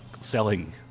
selling